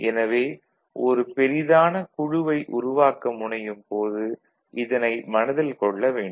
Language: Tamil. எனவே ஒரு பெரிதான குழுவை உருவாக்க முனையும் போது இதனை மனதில் கொள்ள வேண்டும்